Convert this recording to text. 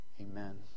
Amen